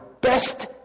best